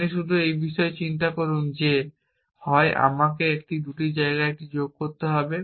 আপনি শুধু এই বিষয়ে চিন্তা করুন যে হয় আমাকে এই দুটি জায়গায় এটি যোগ করতে হবে